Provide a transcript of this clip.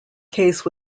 case